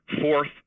fourth